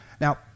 Now